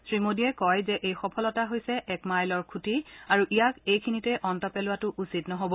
শ্ৰীমোডীয়ে কয় যে এই সফলতা হৈছে এক মাইলৰ খুঁটি আৰু ইয়াক এইখিনিতে অন্ত পেলোৱাটো উচিত নহ'ব